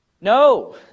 No